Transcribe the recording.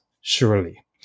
surely